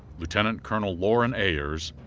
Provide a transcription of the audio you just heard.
lieutenant colonel loren ayers,